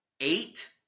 Eight